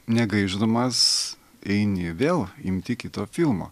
negaišdamas eini vėl imti kito filmo